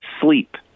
sleep